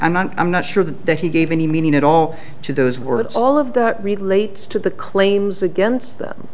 i'm not i'm not sure that he gave any meaning at all to those words all of that relates to the claims against the